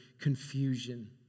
confusion